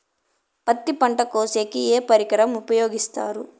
పత్తి పంట కోసేకి ఏ పరికరం ఉపయోగిస్తారు?